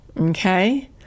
Okay